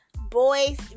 boys